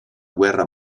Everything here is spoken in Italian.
guerra